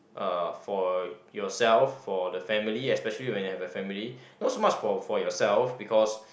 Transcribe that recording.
uh for yourself for the family especially when you have a family not so much for for yourself because